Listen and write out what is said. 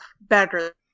better